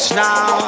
now